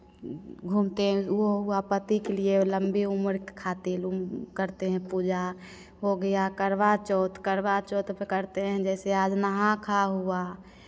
घूमते हैं ओ हुआ पति के लिए लम्बी उम्र के खातिर करते हैं पूजा हो गया करवा चौथ करवा चौथ तो करते हैं जैसे आज नहा खा हुआ